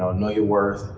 ah know your worth,